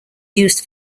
used